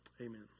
amen